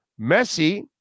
Messi